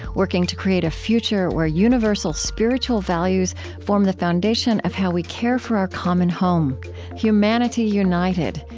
working to create a future where universal spiritual values form the foundation of how we care for our common home humanity united,